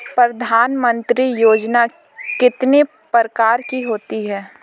प्रधानमंत्री योजना कितने प्रकार की होती है?